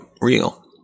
real